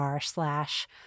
slash –